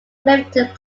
clifton